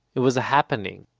it was a happening.